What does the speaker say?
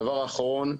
הדבר האחרון,